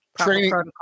training